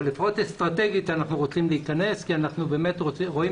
אבל לפחות אסטרטגית אנחנו רוצים להיכנס כי אנחנו באמת רואים